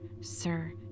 Sir